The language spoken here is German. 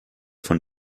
von